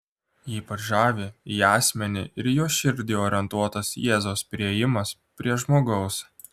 ypač žavi į asmenį ir jo širdį orientuotas jėzaus priėjimas prie žmogaus